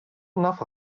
enough